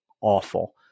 awful